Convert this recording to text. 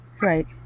Right